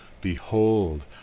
Behold